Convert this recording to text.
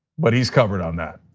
but he's covered on that.